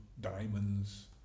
diamonds